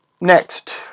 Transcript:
Next